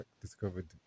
discovered